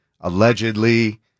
allegedly